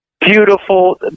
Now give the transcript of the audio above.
beautiful